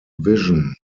vision